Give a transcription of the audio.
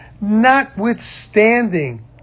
notwithstanding